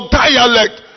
dialect